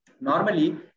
Normally